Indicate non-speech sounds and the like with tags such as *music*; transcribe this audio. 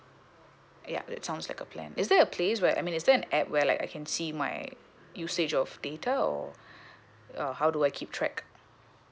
ya that sounds like a plan is there a place where I mean is there an app where like I can see my usage of data or *breath* uh how do I keep track